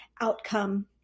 outcome